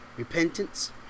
Repentance